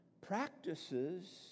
practices